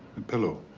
the pillow.